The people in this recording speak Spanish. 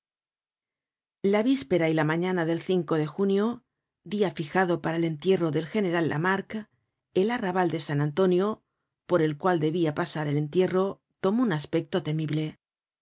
la víspera y la mañana del de junio dia fijado para el entierro del general lamarque el arrabal de san antonio por el cual debia pasar el entierro tomó un aspecto temible